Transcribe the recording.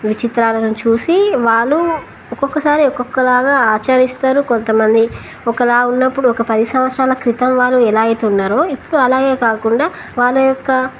విచిత్రాలను చూసి వాళ్ళు ఒక్కొక్కసారి ఒక్కొక్కలాగా ఆచరిస్తారు కొంతమంది ఒకలా ఉన్నప్పుడు ఒక పది సంవత్సరాల క్రితం వాళ్ళు ఎలా అయితున్నన్నారు ఇప్పుడు అలాగే కాకుండా వాళ్ళ యొక్క